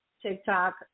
TikTok